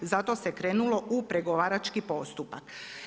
I zato se krenulo u pregovarački postupak.